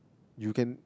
you can